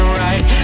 right